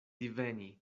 diveni